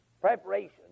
Preparation